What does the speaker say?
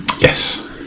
Yes